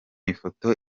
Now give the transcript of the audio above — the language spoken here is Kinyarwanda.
ifoto